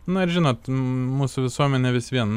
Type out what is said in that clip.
na ir žinot mūsų visuomenė vis vien